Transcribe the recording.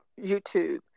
YouTube